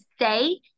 say